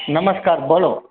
નમસ્કાર બોલો